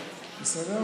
נדחה,